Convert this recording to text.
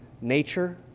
nature